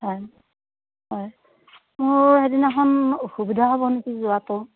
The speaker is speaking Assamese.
হয় হয় মোৰ সেইদিনাখন অসুবিধা হ'ব নেকি যোৱাটো